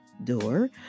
door